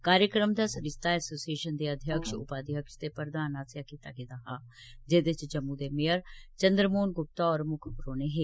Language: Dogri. कार्यक्रम दा सरिस्ता एसोसिएशन दे अध्यक्ष उपाध्यक्ष ते प्रधान आस्सेआ कीता गेदा हा जेह्दे च जम्मू दे मेयर चन्द्र मोहन गुप्ता होर मुक्ख परौह्ने हे